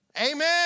Amen